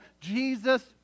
Jesus